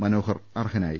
മനോഹർ അർഹനായി